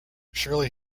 shirley